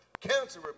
Cancer